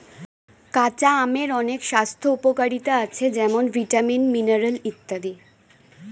কাঁচা আমের অনেক স্বাস্থ্য উপকারিতা আছে যেমন ভিটামিন, মিনারেল ইত্যাদি